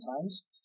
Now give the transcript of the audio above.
times